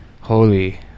holy